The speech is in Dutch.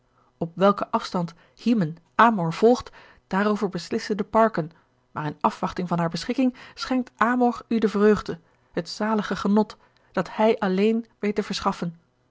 op welken afstand hymen amor volgt daarover beslissen de parken maar in afwachting van haar beschikking schenkt amor u de vreugde het zalige genot dat hij alleen weet te verschaffen